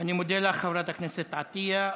אני מודה לחברת הכנסת עטייה.